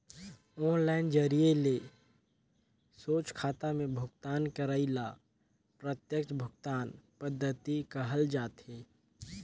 online जरिए ले सोझ खाता में भुगतान करई ल प्रत्यक्छ भुगतान पद्धति कहल जाथे